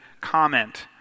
comment